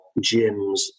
gyms